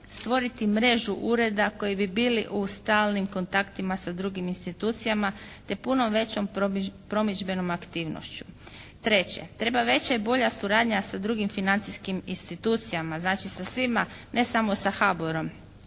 stvoriti mrežu ureda koji bi bili u stalnim kontaktima sa drugim institucijama te puno većom promidžbenom aktivnošću. Treće, treba veća i bolja suradnja sa drugim financijskim institucijama, znači sa svima ne samo sa HABOR-om,